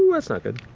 that's not good.